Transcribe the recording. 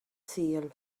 sul